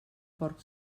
porc